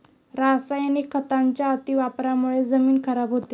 रासायनिक खतांच्या अतिवापरामुळे जमीन खराब होते